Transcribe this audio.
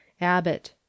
Abbott